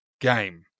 game